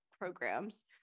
programs